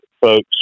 folks